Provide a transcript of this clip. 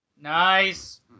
Nice